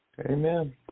Amen